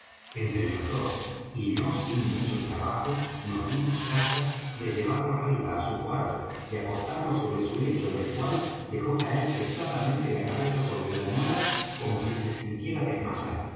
entre los dos y no sin mucho trabajo nos dimos trazas de llevarlo arriba á su cuarto y acostarlo sobre su lecho en el cual dejó caer pesadamente la cabeza sobre la almohada como si se sintiera desmayar